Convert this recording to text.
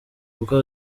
kuko